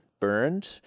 burned